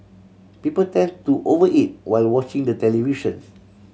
people tend to over eat while watching the television